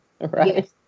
Right